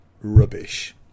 Rubbish